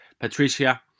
Patricia